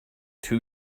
too